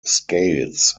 scales